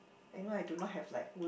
anyway I do not have like